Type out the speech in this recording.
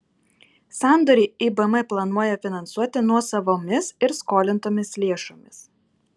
sandorį ibm planuoja finansuoti nuosavomis ir skolintomis lėšomis